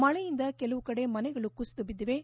ಮಳೆಯಿಂದ ಕೆಲವು ಕಡೆ ಮನೆಗಳು ಕುಸಿದು ಬಿದ್ದಿವೆ